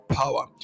power